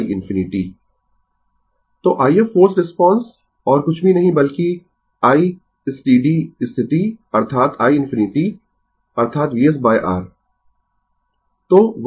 Refer Slide Time 2316 तो i f forced response और कुछ भी नहीं बल्कि I स्टीडी स्थिति अर्थात iinfinity अर्थात Vs R